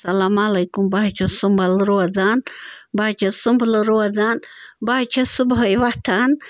اسلامُ علیکُم بہٕ حظ چھَس سُنٛمبَل روزان بہٕ حظ چھَس سُنٛمبلہٕ روزان بہٕ حظ چھَس صُبحٲے وۄتھان